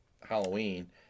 Halloween